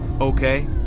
Okay